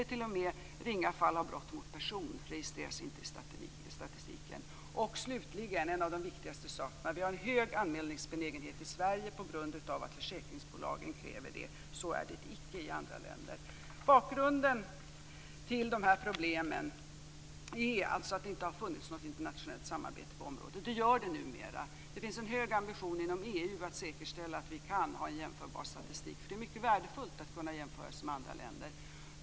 T.o.m. ringa fall av brott mot person registreras inte i statistiken. En av de viktigaste sakerna är att det är en hög anmälningsbenägenhet i Sverige på grund av att försäkringsbolagen kräver det. Så är det icke i andra länder. Bakgrunden till de här problemen är alltså att det inte har funnits något internationellt samarbete på området. Det gör det numera. Det finns en hög ambition inom EU att säkerställa att vi kan ha en jämförbar statistik. Det är mycket värdefullt att kunna jämföra sig med andra länder.